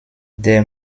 der